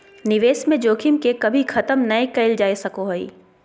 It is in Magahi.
निवेश में जोखिम के कभी खत्म नय कइल जा सको हइ